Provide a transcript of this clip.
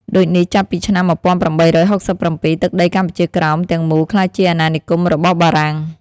ដូចនេះចាប់ពី ឆ្នាំ ១៨៦៧ទឹកដីកម្ពុជាក្រោម ទាំងមូលក្លាយជាអាណានិគមរបស់បារាំង។